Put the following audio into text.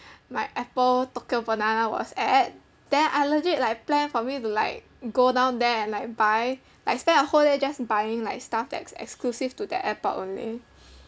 my apple tokyo banana was at then I legit like plan for me to like go down there and like buy like spend a whole day just buying like stuff that's exclusive to that airport only